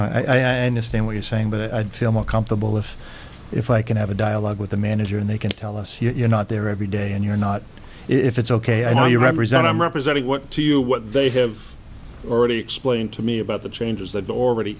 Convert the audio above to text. possible i understand what you're saying but i'd feel more comfortable if if i can have a dialogue with the manager and they can tell us you're not there every day and you're not if it's ok i know you represent i'm representing what to you what they have already explained to me about the changes they've already